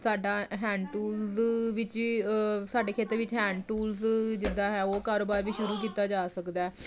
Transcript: ਸਾਡਾ hand tools ਵਿੱਚ ਸਾਡੇ ਖੇਤਰ ਵਿੱਚ ਹੈਂਡ ਟੂਲਸ ਜਿੱਦਾਂ ਹੈ ਉਹ ਕਾਰੋਬਾਰ ਵੀ ਸ਼ੁਰੂ ਕੀਤਾ ਜਾ ਸਕਦਾ